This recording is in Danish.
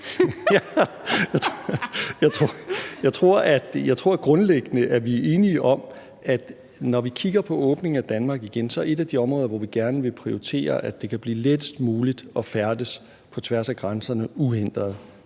at vi er enige om, når vi kigger på at åbne Danmark igen, at et af de områder, hvor vi gerne vil prioritere, at det kan blive lettest muligt at færdes på tværs af grænserne uhindret,